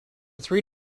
three